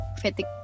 fatigue